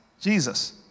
Jesus